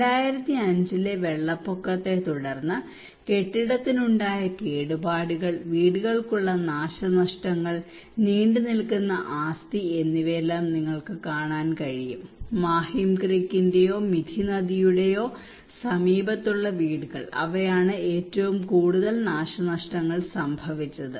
2005 ലെ വെള്ളപ്പൊക്കത്തെത്തുടർന്ന് കെട്ടിടത്തിനുണ്ടായ കേടുപാടുകൾ വീടുകൾക്കുള്ള നാശനഷ്ടങ്ങൾ നീണ്ടുനിൽക്കുന്ന ആസ്തി എന്നിവയെല്ലാം നിങ്ങൾക്ക് കാണാൻ കഴിയും മാഹിം ക്രീക്കിന്റെയോ മിഥി നദിയുടെയോ സമീപത്തുള്ള വീടുകൾ അവയാണ് ഏറ്റവും കൂടുതൽ നാശനഷ്ടങ്ങൾ സംഭവിച്ചത്